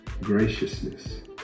graciousness